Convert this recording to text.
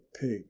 pig